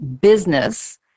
business